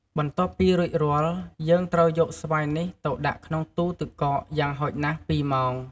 បន្ទាប់ពីរួចរាល់ យើងត្រូវយកស្វាយនេះទៅដាក់ក្នុងទូរទឹកកកយ៉ាងហោចណាស់ពីរម៉ោង។